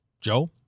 Joe